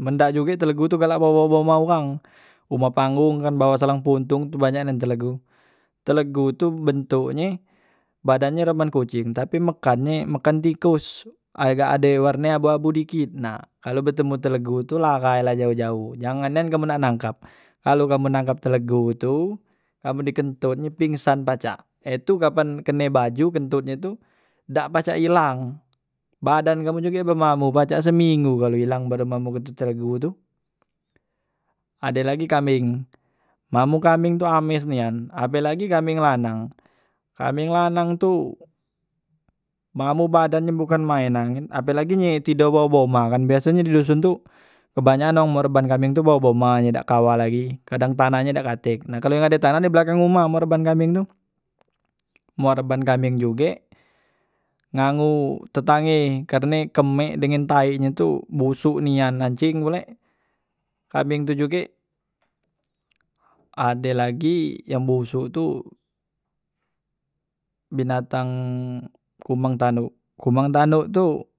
men dak juge telegu tu galak bawah bawah umah wang, umah panggung kan bawah selang pontong tu banyak nian telegu, telegu tu bentuknye badanye roman koceng tapi mekan nye mekan tikos agak ade warne abu abu dikit nah kalo betemu telegu tu larai la jaoh jaoh jangan nian kamu nak nangkap kalu kamu nangkap telegu tu kamu di kentot nyo pingsan pacak he tu kapan kene baju kentut he tu dak pacak ilang badan kamu juge be bau pacak seminggu kalu badan kamu bau telegu tu, ade lagi kambeng mambu kambeng tu amis nian apelagi kambeng lanang, kambeng lanang tu mambo badan nye bukan maenan apelagi nye tido bawah- bawah humah kan biasonye di doson tu kebanyakan wong morban bawa homah dak kawah lagi kadang tanah nye dak katek nah kalu ado tanah nye di belakang humah morban kambing tu, morban kambing juge nganggu tetangge karne kemek dengen tai nye tu busok nian la encing pule kambeng tu juge ade lagi yang busok tu binatang kumang tanduk, kumang tanduk tu.